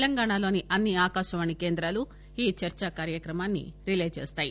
తెలంగాణలోని అన్ని ఆకాశవాణి కేంద్రాలు ఈ చర్చా కార్యక్రమాన్ని రిలే చేస్తాయి